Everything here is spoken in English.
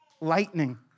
lightning